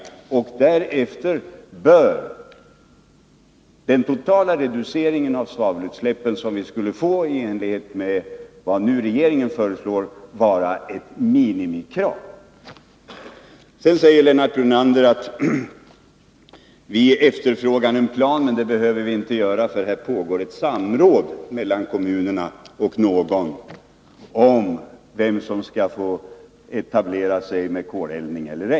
Därefter bör den totala reduceringen av svavelutsläppen som vi skulle få enligt regeringens förslag vara ett minimikrav. Sedan säger Lennart Brunander att vi inte behöver efterfråga en plan, för det pågår ett samråd mellan kommunerna om vem som skall få etablera sig med koleldning.